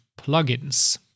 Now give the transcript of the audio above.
plugins